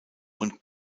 und